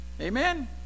Amen